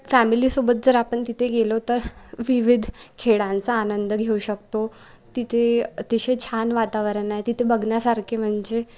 फॅमिलीसोबत जर आपण तिथे गेलो तर विविध खेळांचा आनंद घेऊ शकतो तिथे अतिशय छान वातावरण आहे तिथे बघण्यासारखे म्हणजे